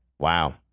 Wow